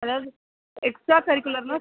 அதாவது எக்ஸ்ட்ரா கரிக்குலர்ன்னா